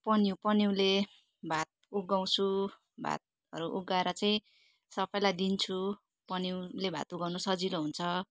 पन्युँ पन्युँले भात उघाउँछु भातहरू उघाएर चाहिँ सबैलाई दिन्छु पन्युँले भात उघाउनु सजिलो हुन्छ